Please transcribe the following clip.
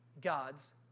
God's